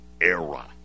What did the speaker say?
era